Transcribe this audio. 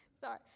Sorry